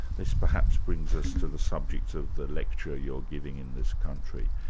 this perhaps brings us to the subject of the lecture you're giving in this country.